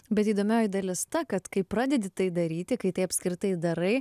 bet įdomioji dalis ta kad kai pradedi tai daryti kai tai apskritai darai